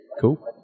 Cool